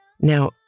Now